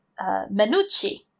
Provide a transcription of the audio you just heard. Menucci